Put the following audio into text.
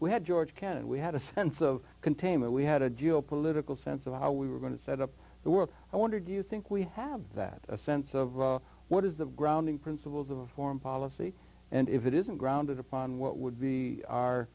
we had george kennan we had a sense of containment we had a geo political sense of how we were going to set up the world i wonder do you think we have that a sense of what is the grounding principles of foreign policy and if it isn't grounded upon what would be our